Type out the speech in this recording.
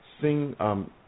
sing